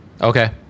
Okay